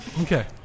Okay